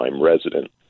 resident